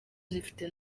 zifite